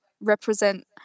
represent